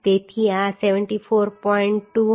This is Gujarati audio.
તેથી આ 74